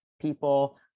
people